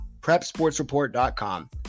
PrepSportsReport.com